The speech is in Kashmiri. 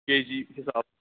کے جی حساب